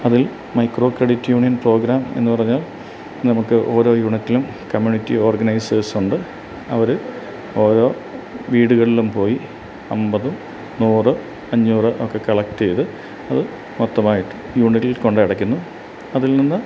അതില് micro credit union programme എന്നു പറഞ്ഞാല് നമുക്ക് ഓരോ യൂണിറ്റിനും കമ്മ്യൂണിറ്റി ഓര്ഗനൈസേർസുണ്ട് അവർ ഓരോ വീടുകളിലും പോയി അൻപത് നൂറ് അഞ്ഞൂറ് ഒക്കെ കളക്റ്റ് ചെയ്ത് അത് മൊത്തമായിട്ട് യൂണിറ്റില് കൊണ്ട് അടയ്ക്കുന്നു അതില് നിന്ന്